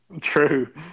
True